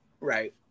Right